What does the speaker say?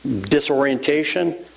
disorientation